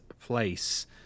place